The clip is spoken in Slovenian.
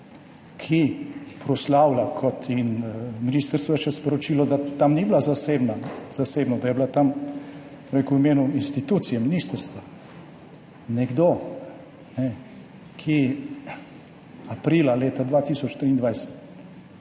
to proslavlja kot [institucija], ministrstvo je namreč sporočilo, da tam ni bila zasebno, da je bila tam v imenu institucije, ministrstva. Nekdo, ki aprila leta 2023